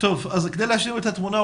אז כדי להשלים את התמונה,